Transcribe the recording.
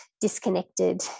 disconnected